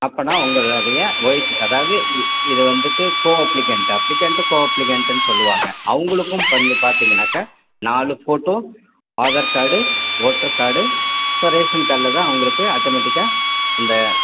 அப்போன்னா உங்களுடைய ஒய்ஃப் அதாவது இது வந்துவிட்டு கோ அப்ளிக்கன்ட் அப்ளிக்கன்ட் கோ அப்ளிக்கன்ட்டுன்னு சொல்லுவாங்க அவங்களுக்கும் வந்து பார்த்தீங்கன்னாக்க நாலு photo Aadhaar card voter card இப்போ ரேஷன் காடுல தான் உங்களுக்கு ஆட்டோமேட்டிக்காக அந்த